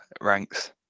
ranks